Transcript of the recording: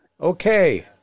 Okay